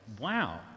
wow